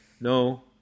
No